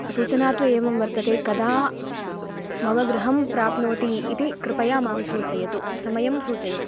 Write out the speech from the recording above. सूचना तु एवं वर्तते कदा मम गृहं प्राप्नोति इति कृपया मां सूचयतु समयं सूचयतु